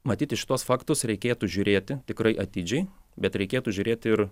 matyt į šituos faktus reikėtų žiūrėti tikrai atidžiai bet reikėtų žiūrėti ir